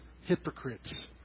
hypocrites